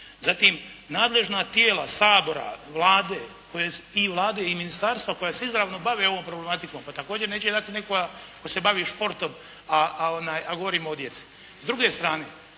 Zatim, nadležna tijela Sabora, Vlade i ministarstva koja se izravno bave ovom problematikom, pa također neće dati nekoga tko se bavi športom, a govorimo o djecu.